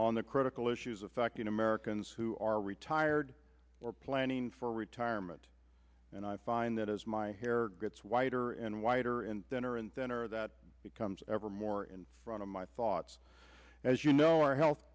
on the critical issues affecting americans who are retired or planning for retirement and i find that as my hair gets wider and wider and dinner and dinner that becomes ever more in front of my thoughts as you know our health